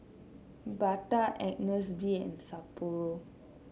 Bata Agnes B and Sapporo